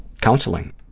counseling